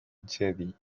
jedi